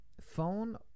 phone